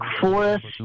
Forest